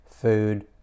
Food